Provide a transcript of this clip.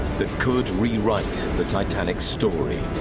that could rewrite the titanic's story.